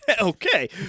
Okay